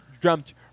jumped